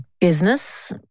business